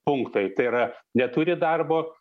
punktai tai yra neturi darbo